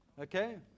Okay